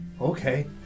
Okay